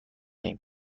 ایم